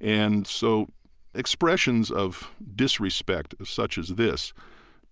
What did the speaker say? and so expressions of disrespect such as this